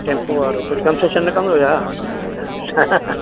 टेम्पोअ वारो कुझु कंसेशन न कंदो छा